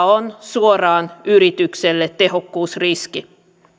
on suoraan yritykselle tehokkuusriski